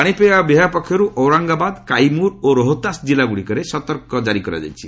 ପାଣିପାଗ ବିଭାଗ ପକ୍ଷରୁ ଔରଙ୍ଗାବାଦ କାଇମୁର୍ ଓ ରୋହତାସ ଜିଲ୍ଲାଗୁଡ଼ିକରେ ସତର୍କ ଜାରି କରାଯାଇଛି